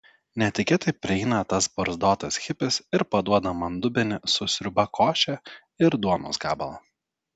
netikėtai prieina tas barzdotas hipis ir paduoda man dubenį su sriuba koše ir duonos gabalą